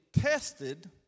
tested